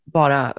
bara